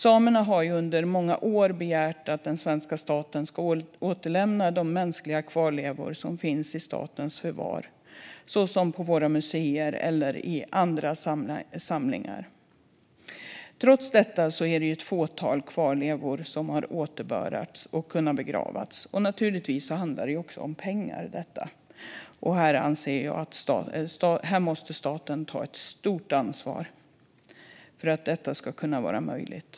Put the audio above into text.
Samerna har under många år begärt att svenska staten ska återlämna de mänskliga kvarlevor som finns i statens förvar, såsom på våra museer eller i andra samlingar. Trots detta är det ett fåtal kvarlevor som har återbördats och kunnat begravas. Naturligtvis handlar detta också om pengar. Jag anser att staten måste ta ett stort ansvar här för att detta ska kunna vara möjligt.